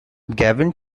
gavin